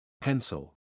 Pencil